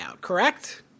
correct